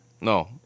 No